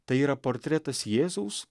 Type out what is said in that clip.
tai yra portretas jėzaus